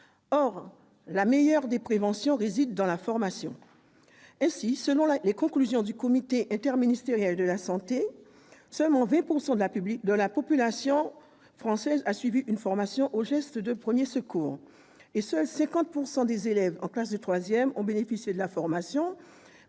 Or la meilleure des préventions réside dans la formation. Ainsi, selon les conclusions du Comité interministériel de la santé, seulement 20 % de la population française a suivi une formation aux gestes de premiers secours et seuls 50 % des élèves en classe de troisième ont bénéficié de la formation